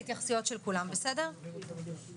אפשר להוסיף לסעיף 10(א) שאת הדיווח יעבירו לוועדת הבריאות של הכנסת?